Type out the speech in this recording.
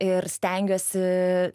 ir stengiuosi